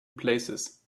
places